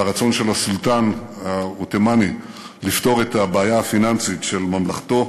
והרצון של הסולטן העות'מאני לפתור את הבעיה הפיננסית של ממלכתו.